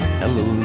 hello